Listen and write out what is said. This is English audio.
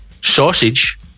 Sausage